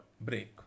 break